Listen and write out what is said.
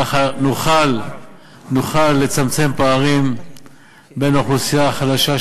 ככה נוכל לצמצם פערים בין האוכלוסייה החלשה,